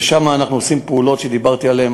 ושם אנחנו עושים פעולות שדיברתי עליהן,